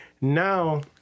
Now